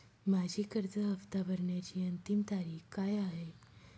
माझी कर्ज हफ्ता भरण्याची अंतिम तारीख काय आहे?